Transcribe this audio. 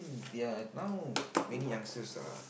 ya now many youngsters are